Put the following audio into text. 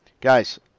Guys